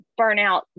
burnout